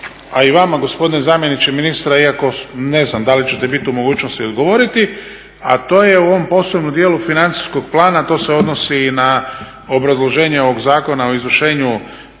a i vama gospodine zamjeniče ministra iako ne znam da li ćete biti u mogućnosti odgovoriti, a to je u ovom posebnom dijelu financijskog plana a to se odnosi i na obrazloženje ovog Zakona o izvršenju